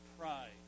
pride